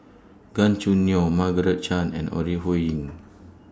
Gan Choo Neo Margaret Chan and Ore Huiying